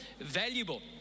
valuable